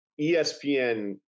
ESPN